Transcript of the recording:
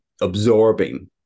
absorbing